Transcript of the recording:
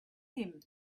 him